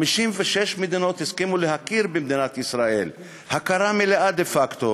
56 מדינות הסכימו להכיר במדינת ישראל הכרה מלאה דה-פקטו,